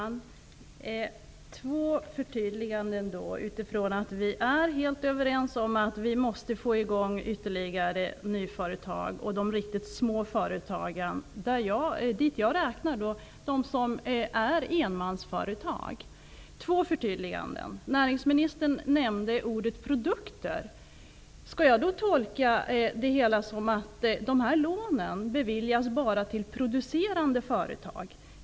Fru talman! Två förtydliganden utifrån att vi är helt överens om att vi måste få i gång ytterligare nyföretagande och även riktigt små företag, dit jag räknar dem som är enmansföretag. Näringsministern nämnde ordet produkter. Skall jag tolka det som att de här lånen enbart beviljas till producerande företag?